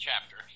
chapter